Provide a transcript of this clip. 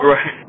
Right